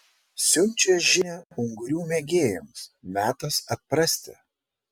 siunčia žinią ungurių mėgėjams metas atprasti